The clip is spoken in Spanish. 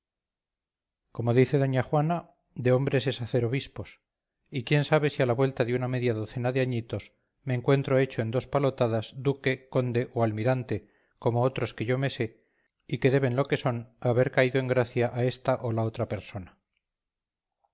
como dice doña juana de hombres se hacen obispos y quién sabe si a la vuelta de una media docena de añitos me encuentro hecho en dos palotadas duque conde o almirante como otros que yo me sé y que deben lo que son a haber caído en gracia a esta o la otra persona